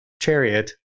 chariot